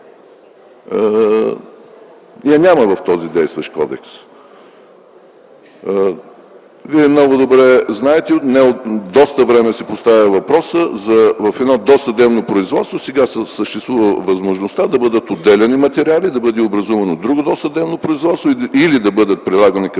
я няма в този действащ кодекс. Вие много добре знаете, от доста време се поставя въпросът - в едно досъдебно производство сега съществува възможността да бъдат отделяни материали, да бъде образувано друго досъдебно производство или да бъдат прилагани към